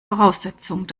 voraussetzung